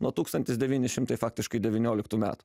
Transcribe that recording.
nuo tūkstantis devyni šimtai faktiškai devynioliktų metų